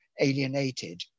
alienated